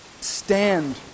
Stand